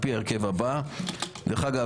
על פי ההרכב הבא דרך אגב,